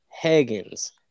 Higgins